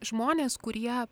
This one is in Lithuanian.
žmonės kurie